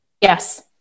Yes